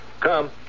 Come